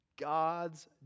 God's